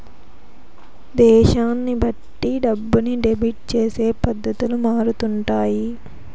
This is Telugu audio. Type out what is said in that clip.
దేశాన్ని బట్టి డబ్బుని డెబిట్ చేసే పద్ధతులు మారుతుంటాయి